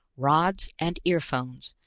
rods and earphones,